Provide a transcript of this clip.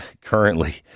currently